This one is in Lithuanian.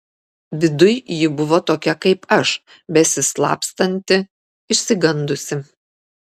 viduj ji buvo tokia kaip aš besislapstanti išsigandusi